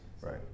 Right